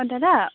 অঁ দাদা